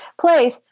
place